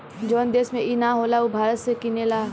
जवन देश में ई ना होला उ भारत से किनेला